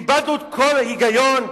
איבדנו את כל ההיגיון?